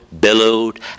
billowed